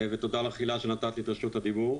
ותודה לך, הילה, שנתת לי את רשות הדיבור.